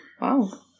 Wow